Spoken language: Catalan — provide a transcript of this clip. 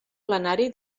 plenari